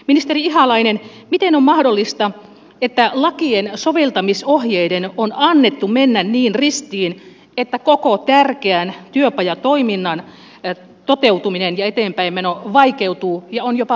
ministeri ihalainen miten on mahdollista että lakien soveltamisohjeiden on annettu mennä niin ristiin että koko tärkeän työpajatoiminnan toteutuminen ja eteenpäinmeno vaikeutuu ja on jopa vaarantumassa